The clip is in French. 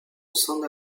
centre